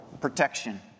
protection